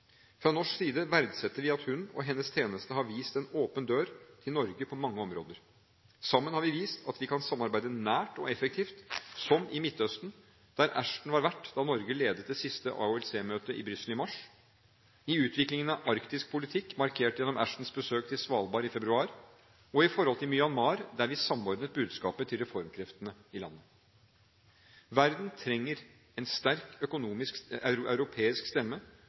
Fra norsk side verdsetter vi at hun og hennes tjeneste har vist en åpen dør til Norge på mange områder. Sammen har vi vist at vi kan samarbeide nært og effektivt, som i Midtøsten, der Ashton var vert da Norge ledet det siste AHLC-møtet i Brussel i mars, i utviklingen av arktisk politikk markert gjennom Ashtons besøk til Svalbard i februar, og i forhold til Myanmar, der vi samordnet budskapet til reformkreftene i landet. Verden trenger en sterk europeisk stemme